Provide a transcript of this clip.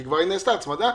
כי כבר נעשתה הצמדה,